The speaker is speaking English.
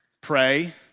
pray